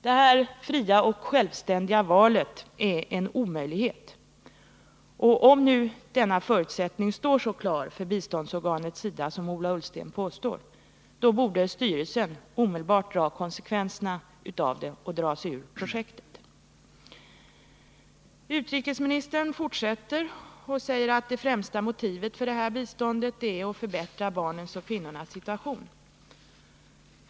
Detta fria och självständiga val är en omöjlighet, och om nu denna förutsättning står så klar för biståndsorganet SIDA som Ola Ullsten påstår borde styrelsen omedelbart ta konsekvenserna av detta och dra sig ur projektet. Utrikesministern fortsätter och säger att det främsta motivet för detta bistånd är att förbättra barnens och kvinnornas situation.